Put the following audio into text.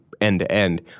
end-to-end